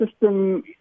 system